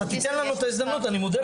אתה תיתן לנו את ההזדמנות, אני מודה לך.